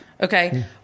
Okay